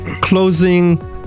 closing